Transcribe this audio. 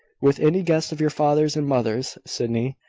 with any guest of your father's and mother's, sydney.